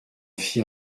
fit